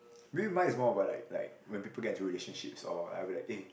maybe mine is more about like like when people get into relationships or I will be like eh